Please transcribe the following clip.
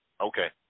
Okay